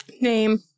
name